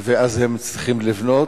אז הם צריכים לבנות,